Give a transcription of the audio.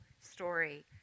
story